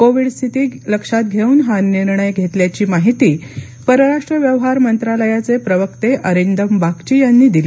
Covid स्थिती लक्षात घेऊन हा निर्णय घेतल्याची माहिती परराष्ट्र व्यवहार मंत्रालयाचे प्रवक्ते अरिंदम बागची यांनी दिली